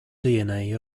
dna